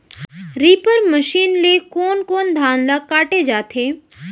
Reaper machine ले कोन कोन धान ल काटे जाथे?